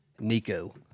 Nico